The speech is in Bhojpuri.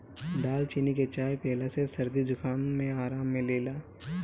दालचीनी के चाय पियला से सरदी जुखाम में आराम मिलेला